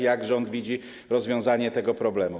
Jak rząd widzi rozwiązanie tego problemu?